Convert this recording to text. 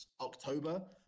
October